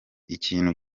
ikintu